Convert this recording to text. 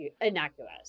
innocuous